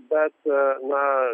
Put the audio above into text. bet na